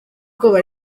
ubwoba